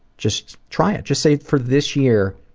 just try it just say, for this year,